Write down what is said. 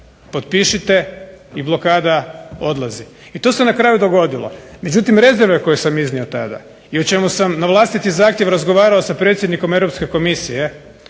potpišite i blokada odlazi. I to se na kraju dogodilo. Međutim rezerve koje sam iznio tada, i o čemu sam na vlastiti zahtjev razgovarao sa predsjednikom Europske komisije,